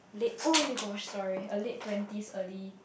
late !oi! gosh sorry uh late twenties early